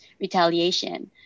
retaliation